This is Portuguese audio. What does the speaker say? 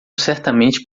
certamente